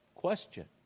question